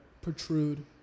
protrude